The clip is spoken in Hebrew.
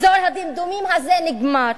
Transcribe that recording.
אזור הדמדומים הזה נגמר.